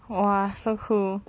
!wah! so cool